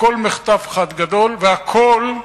הכול מחטף אחד גדול, והכול,